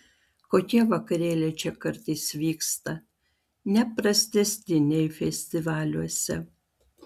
kokie vakarėliai čia kartais vyksta ne prastesni nei festivaliuose